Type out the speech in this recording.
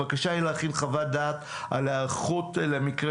הבקשה היא להכין חוות דעת על היערכות למקרה